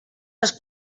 les